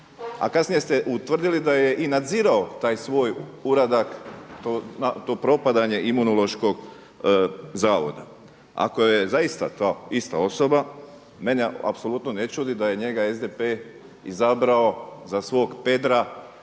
A kasnije ste utvrdili da je i nadzirao taj svoj uradak, to propadanje Imunološkog zavoda. Ako je zaista to ista osoba, mene apsolutno ne čudi da je njega SDP izabrao za svog Pedra